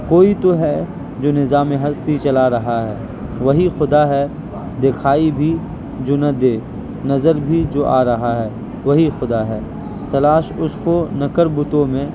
کوئی تو ہے جو نظام ہستی چلا رہا ہے وہی خدا ہے دکھائی بھی جو نہ دے نظر بھی جو آ رہا ہے وہی خدا ہے تلاش اس کو نہ کر بتوں میں